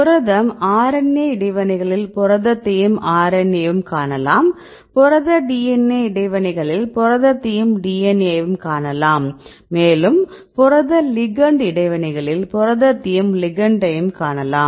புரதம் RNA இடைவினைகளில் புரதத்தையும் RNA வையும் காணலாம் புரத DNA இடைவினைகளில் புரதத்தையும் DNA வையும் காணலாம் மேலும் புரத லிகெண்ட் இடைவினைகளில் புரதத்தையும் லிகெண்ட் ஐயும் காணலாம்